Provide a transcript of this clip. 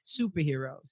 superheroes